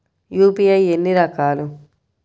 UPI ఎన్ని రకాలు?